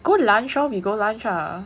go lunch lor we go lunch ah